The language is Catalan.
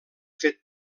fet